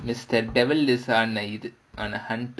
mister devan இது:idhu on a hunt